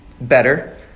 Better